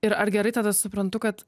ir ar gerai tada suprantu kad